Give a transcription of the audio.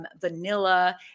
Vanilla